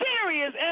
serious